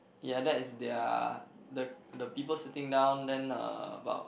ya that is their the the people sitting down then uh about